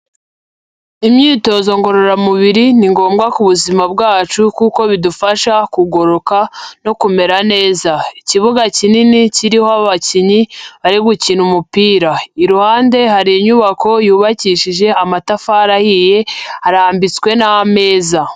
Imyitozo ngororamubiri ni ngombwa ku buzima bwacu kuko bidufasha kugoroka no kumera neza. Ikibuga kinini kiriho abakinyi bari gukina umupira, iruhande hari inyubako yubakishije amatafari ahiye harambitswe n'ameza.